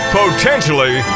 potentially